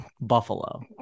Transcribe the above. buffalo